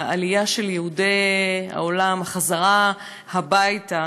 העלייה של יהודי העולם חזרה הביתה